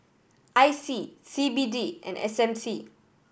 I C C B D and S M C